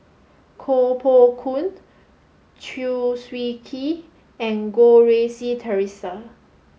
Koh Poh Koon Chew Swee Kee and Goh Rui Si Theresa